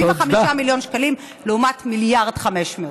75 מיליון שקלים לעומת 1.5 מיליארד.